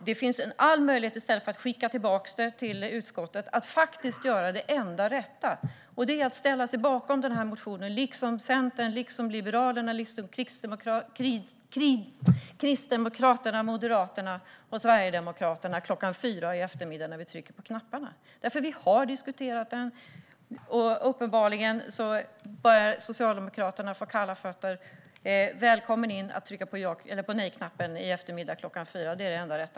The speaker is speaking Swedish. Det finns all möjlighet att, i stället för att skicka tillbaka detta till utskottet, göra det enda rätta, nämligen ställa sig bakom motionen, liksom Centern, Liberalerna, Kristdemokraterna, Moderaterna och Sverigedemokraterna, klockan fyra i eftermiddag när vi trycker på knapparna. Vi har diskuterat detta. Uppenbarligen börjar Socialdemokraterna få kalla fötter. Välkomna att trycka på nej-knappen i eftermiddag klockan fyra! Det är det enda rätta.